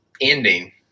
ending